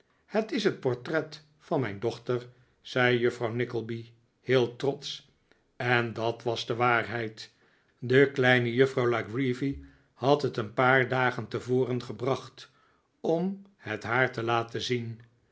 het is het portref van mijn dochter zei juffrouw nickleby heel trotsch en dat was de waarheid de kleine juffrouw la creevy had het een paar dagen tevoren gebracht om het haar te laten zien